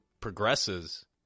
progresses